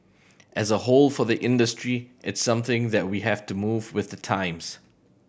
as a whole for the industry it's something that we have to move with the times